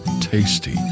tasty